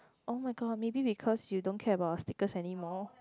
oh-my-god maybe because you don't care about stickers anymore